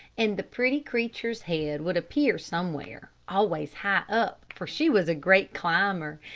and the pretty creature's head would appear somewhere always high up, for she was a great climber,